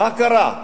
מה קרה?